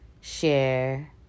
share